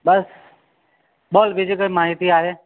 બસ બોલ બીજું કંઈ માહિતી આજે